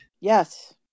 Yes